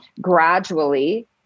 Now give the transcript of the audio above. gradually